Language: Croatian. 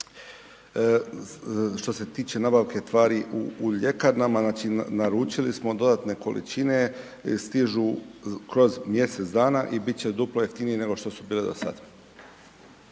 što se tiče nabavke tvari u ljekarnama, znači, naručili smo dodatne količine, stižu kroz mjesec dana i bit će duplo jeftinije, nego što su bile do sad.